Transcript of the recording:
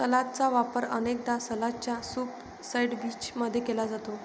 सलादचा वापर अनेकदा सलादच्या सूप सैंडविच मध्ये केला जाते